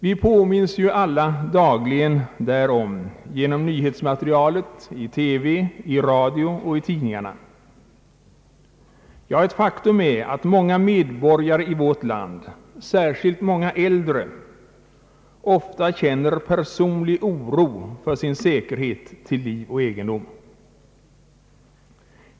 Vi påminns ju alla dagligen därom genom nyhetsmaterialet i TV, radio och tidningar. Ja, ett faktum är att många medborgare i vårt land, särskilt många äldre, ofta känner personlig oro för sin säkerhet, sitt liv och sin egendom.